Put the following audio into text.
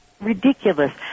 Ridiculous